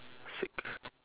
sick